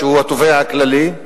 שהוא התובע הכללי,